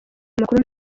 makuru